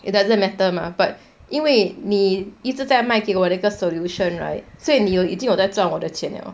it doesn't matter mah but 因为你一直在卖给我那个 solution right 所以你有已经有在赚我的钱了